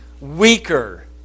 weaker